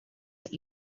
that